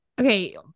okay